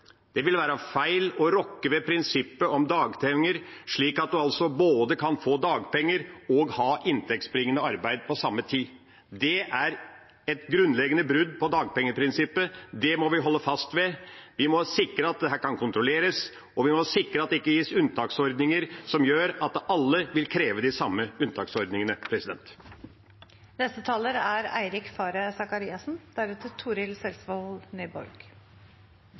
Det vil være feil å rokke ved prinsippet om dagpenger, slik at man altså kan både få dagpenger og ha inntektsbringende arbeid på samme tid. Det er et grunnleggende brudd på dagpengeprinsippet – et prinsipp vi må holde fast ved. Vi må sikre at dette kan kontrolleres, og vi må sikre at det ikke gis unntaksordninger som gjør at alle vil kreve de samme